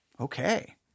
Okay